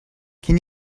can